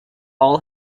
all